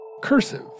Cursive